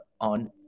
on